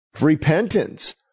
repentance